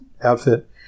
outfit